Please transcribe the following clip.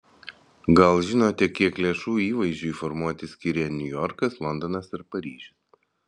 gal žinote kiek lėšų įvaizdžiui formuoti skiria niujorkas londonas ar paryžius